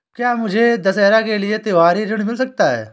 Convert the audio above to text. क्या मुझे दशहरा के लिए त्योहारी ऋण मिल सकता है?